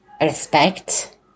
respect